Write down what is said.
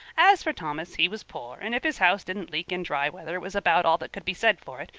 as for thomas, he was poor, and if his house didn't leak in dry weather it was about all that could be said for it,